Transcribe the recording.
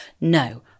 no